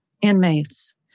inmates